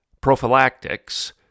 prophylactics